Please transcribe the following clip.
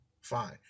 fine